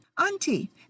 Auntie